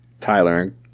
Tyler